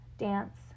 Dance